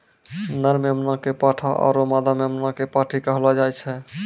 नर मेमना कॅ पाठा आरो मादा मेमना कॅ पांठी कहलो जाय छै